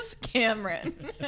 Cameron